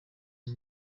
ngo